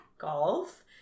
golf